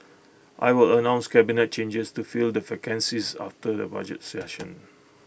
I will announce cabinet changes to fill the vacancies after the budget session